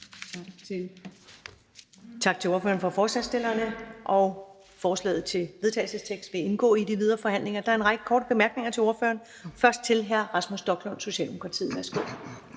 Tak til ordføreren for forslagsstillerne. Og forslaget til vedtagelse vil indgå i de videre forhandlinger. Der er en række korte bemærkninger til ordføreren, først fra hr. Rasmus Stoklund, Socialdemokratiet. Værsgo.